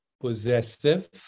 Possessive